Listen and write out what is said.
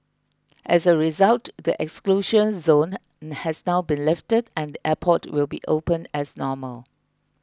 as a result the exclusion zone has now been lifted and the airport will be open as normal